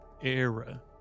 era